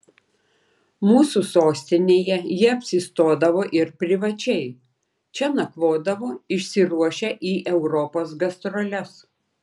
mūsų sostinėje jie apsistodavo ir privačiai čia nakvodavo išsiruošę į europos gastroles